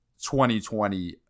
2020